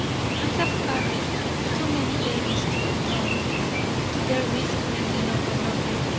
i have carried too many babies to the tomb to dare risk bringing up another.